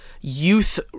youth